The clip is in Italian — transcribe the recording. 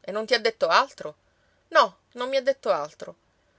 e non ti ha detto altro no non mi ha detto altro